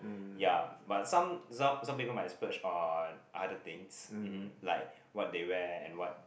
ya but some some some people might splurge on other things uh like what they wear and what